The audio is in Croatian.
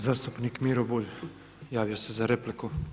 Zastupnik Miro Bulj javio se za repliku.